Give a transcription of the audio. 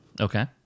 Okay